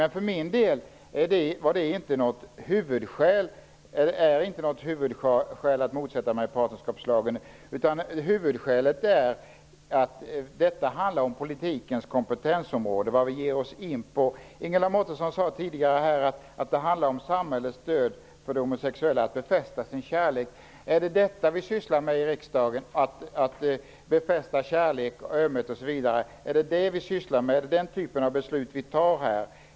Men för min del är det inte något huvudskäl till att jag motsätter mig partnerskapslagen, utan detta handlar om politikens kompetensområde, vad det är vi ger oss in på. Ingela Mårtensson sade tidigare att det handlar om samhällets stöd för de homosexuella att befästa sin kärlek. Är det detta vi sysslar med i riksdagen, att befästa kärlek, ömhet, osv.? Är det den typen av beslut vi fattar?